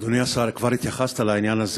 אדוני השר, כבר התייחסת לעניין הזה.